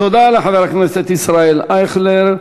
תודה לחבר הכנסת ישראל אייכלר.